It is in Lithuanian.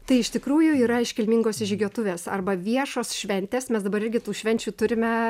tai iš tikrųjų yra iškilmingos įžygiuotuvės arba viešos šventės mes dabar irgi tų švenčių turime